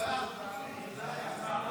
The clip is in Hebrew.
לחלופין לא נתקבלה.